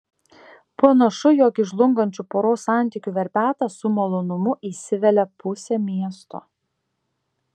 panašu jog į žlungančių poros santykių verpetą su malonumu įsivelia pusė miesto